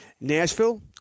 Nashville